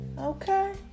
okay